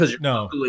no